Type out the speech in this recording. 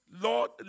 Lord